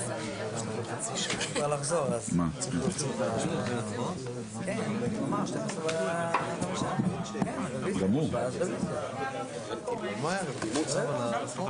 7. מי נמנע?